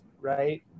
right